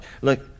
Look